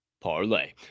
parlay